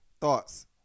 Thoughts